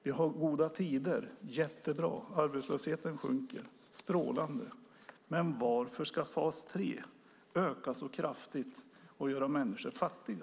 Vi har goda tider - jättebra! Arbetslösheten sjunker - strålande! Men varför ska fas 3 öka så kraftigt och göra människor fattiga?